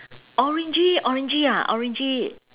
orangey orangey ah orangey